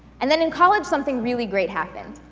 and then in college something really great happened.